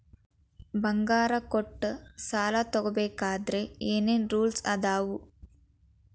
ಬಂಗಾರ ಕೊಟ್ಟ ಸಾಲ ತಗೋಬೇಕಾದ್ರೆ ಏನ್ ಏನ್ ರೂಲ್ಸ್ ಅದಾವು?